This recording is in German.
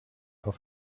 auf